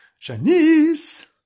Janice